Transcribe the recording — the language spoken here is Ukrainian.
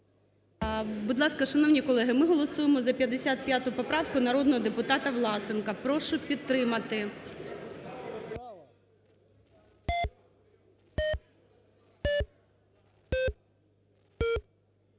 Будь ласка, шановні колеги, ми голосуємо за 55 поправку народного депутата Власенка. Прошу підтримати.